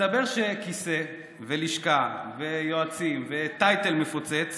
מסתבר שכיסא ולשכה ויועצים וטייטל מפוצץ